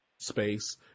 Space